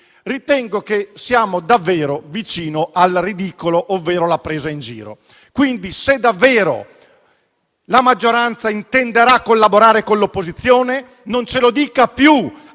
ritengo che siamo davvero vicino al ridicolo o alla presa in giro. Se davvero la maggioranza intenderà collaborare con l'opposizione, non ce lo dica più